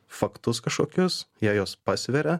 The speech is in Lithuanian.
faktus kažkokius jie juos pasveria